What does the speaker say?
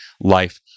life